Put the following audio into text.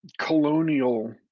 colonial